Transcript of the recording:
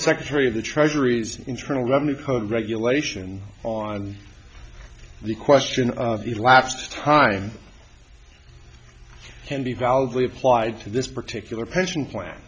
secretary of the treasury's internal revenue code regulation on the question of elapsed time can be validly applied to this particular pension plan